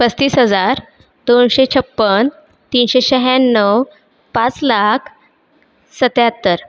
पस्तीस हजार दोनशे छप्पन्न तीनशे शहाण्णव पाच लाख सत्याहत्तर